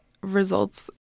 results